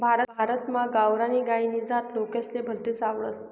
भारतमा गावरानी गायनी जात लोकेसले भलतीस आवडस